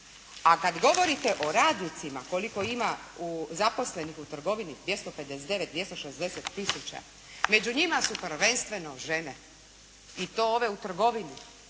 A kad govorite o radnicima koliko ima zaposlenih u trgovini 259, 260 tisuća među njima su prvenstveno žene i to ove u trgovini.